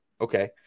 okay